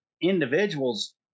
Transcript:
individuals